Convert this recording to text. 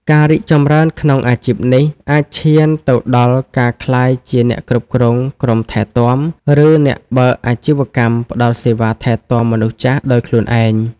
ការរីកចម្រើនក្នុងអាជីពនេះអាចឈានទៅដល់ការក្លាយជាអ្នកគ្រប់គ្រងក្រុមថែទាំ ឬអ្នកបើកអាជីវកម្មផ្តល់សេវាថែទាំមនុស្សចាស់ដោយខ្លួនឯង។